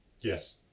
yes